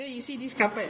there you see this carpet